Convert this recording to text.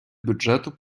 бюджету